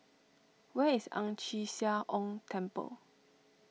where is Ang Chee Sia Ong Temple